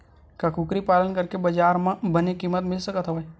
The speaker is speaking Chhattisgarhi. का कुकरी पालन करके बजार म बने किमत मिल सकत हवय?